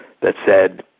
that said,